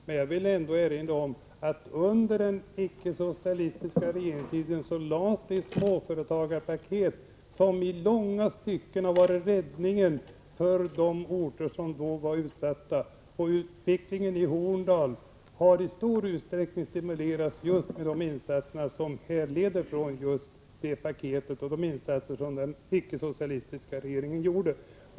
Men jag vill ändå erinra om att under den icke-socialistiska regeringstiden lades det småföretagarpaket fram som i långa stycken har varit räddningen för de orter som då var utsatta. Utvecklingen i Horndal har i stor utsträckning stimulerats just med åtgärder som kan härledas från det paketet och de insatser som den icke-socialistiska regeringen gjorde.